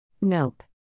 Nope